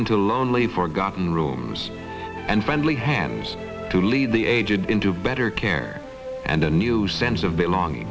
into lonely forgotten rooms and friendly hands to lead the aged into better care and a new sense of belonging